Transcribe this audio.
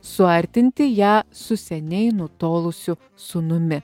suartinti ją su seniai nutolusiu sūnumi